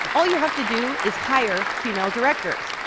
all you have to do is hire female directors.